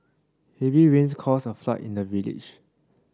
heavy rains caused a flood in the village